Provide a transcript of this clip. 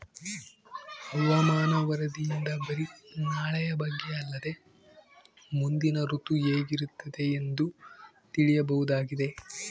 ಹವಾಮಾನ ವರದಿಯಿಂದ ಬರಿ ನಾಳೆಯ ಬಗ್ಗೆ ಅಲ್ಲದೆ ಮುಂದಿನ ಋತು ಹೇಗಿರುತ್ತದೆಯೆಂದು ತಿಳಿಯಬಹುದಾಗಿದೆ